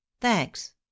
thanks